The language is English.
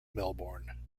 melbourne